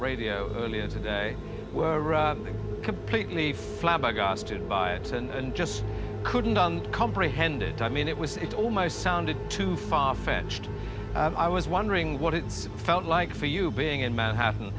radio earlier today were completely flabbergasted by it and just couldn't don comprehend it i mean it was it almost sounded too farfetched i was wondering what it's felt like for you being in manhattan